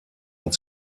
und